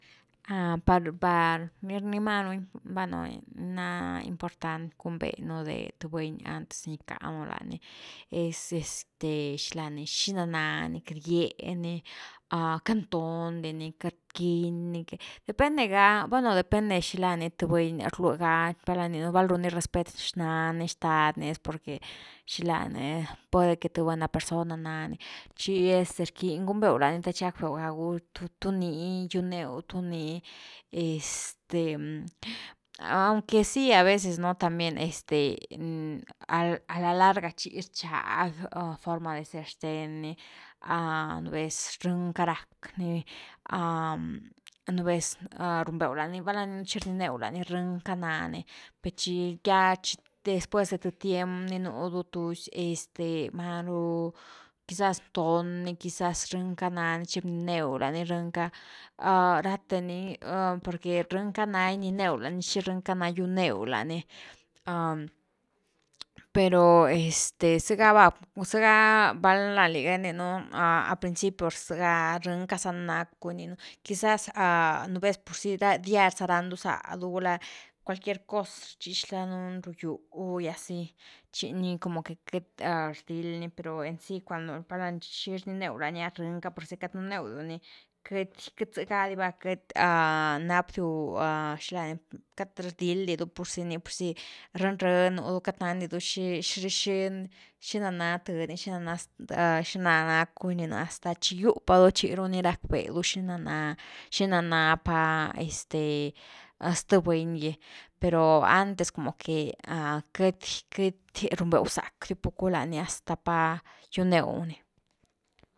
Par-par ni-ni na maru important gun’ve nú de th buny antes de ni gicka nú lani, es estexila ni xina nani, queity gieni queity nton dy n, queity quiñ ni que, depende ga, bueno depende xilani th uny rlui gapa valna run ni respet xnan ni, xtad ni es porque puede que th buena persona nani chi este rquiñ ginbeu la ni te chi gackbeu tu ni chúnerw tu ni este, aunque si, a veces nú también este a-a la larga chi rchag forma de ser xthen ni, nú vez breni ca rackni, nú vez runbeu la ni, val’na chi rninew lani breni ca nani, per chi ya chi después de th tiempo ni núdu tusy este máru quizás ton ni, quizás breni ca nani bninew lani breni ca, rathe ni, porque breni’ca na gininew lani chi brenica na giunew lani, pero este zega va, zega val´na liga gininu, a principios sega breni ca za nácku rninu, quizás porque diar za randu zádu gulá cualquier cos rchich danun rugyu, y asi, chi ni como que queity rdil ni pero en si chi rnineu lani brenica compurzy queity nunew diu lani, queity-queity zega di va, queity napdiu zilani, queity rdil di du purzy breni-breni nú du queity nandidu xi, xi-xina na th ni, xina na zth, xina na, hasta chi giu padu chi ni rack’ve xina na, xina napa este sth buny gy, pero antes como que queity-queity run’vew zackdiu packu la’ni, hasta giu’new ni.